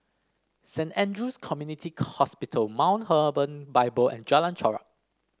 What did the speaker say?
Saint Andrew's Community Hospital Mount Hermon Bible and Jalan Chorak